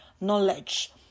knowledge